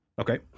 Okay